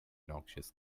noxious